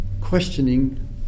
questioning